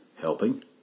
helping